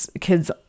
kids